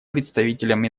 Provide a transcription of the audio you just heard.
представителем